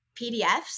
PDFs